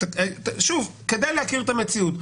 --- כדאי להכיר את המציאות.